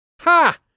Ha